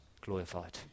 glorified